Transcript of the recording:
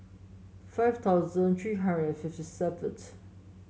five thousand three hundred and fifty seventh